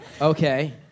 Okay